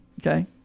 okay